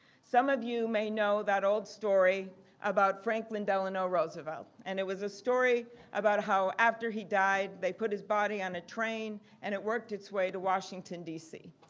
some of you may know that old story of about franklin delano roosevelt. and it was a story about how after he died they put his body on a train and it worked its way to washington dc.